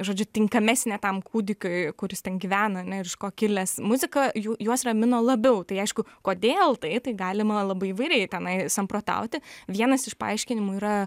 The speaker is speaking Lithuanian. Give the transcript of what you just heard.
žodžiu tinkamesnė tam kūdikiui kuris ten gyvena ne ir iš ko kilęs muzika jų juos ramino labiau tai aišku kodėl tai tai galima labai įvairiai tenai samprotauti vienas iš paaiškinimų yra